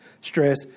stress